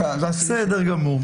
בסדר גמור.